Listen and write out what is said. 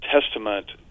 testament